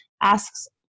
asks